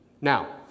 Now